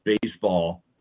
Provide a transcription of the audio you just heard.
baseball